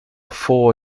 four